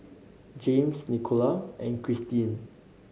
Jaymes Nicola and Christeen